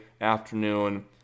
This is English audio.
afternoon